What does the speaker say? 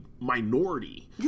minority